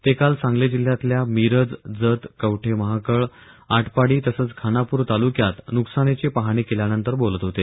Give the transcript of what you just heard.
ते काल सांगली जिल्ह्यातल्या मिरज जत कवठे महांकाळ आटपाडी तसंच खानापूर तालुक्यात नुकसानीची पाहणी केल्यानंतर बोलत होते